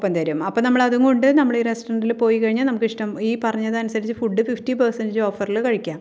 ഒപ്പം തരും അപ്പോൾ നമ്മളതുംകൊണ്ട് നമ്മൾ ഈ റെസ്റ്റോറൻറ്റിൽ പോയിക്കഴിഞ്ഞാൽ നമുക്കിഷ്ടം ഈ പറഞ്ഞതനുസരിച്ച് ഫുഡ് ഫിഫ്റ്റി പേർസെൻറ്റേജ് ഓഫറിൽ കഴിക്കാം